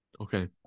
Okay